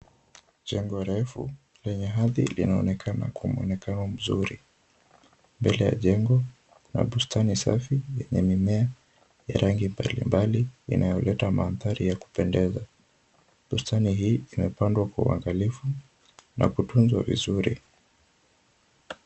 Jengo refu lenye hadhi linaonekana kwa muonekano mzuri. Mbele ya jengo kuna bustani safi yenye mimea ya rangi mbalimbali inayoleta maandhari ya kupendeza. Bustani hii imepandwa kwa uangalifu na kutunzwa vizuri.